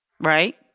right